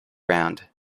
round